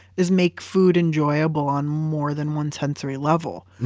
is make food enjoyable on more than one sensory level.